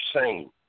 seen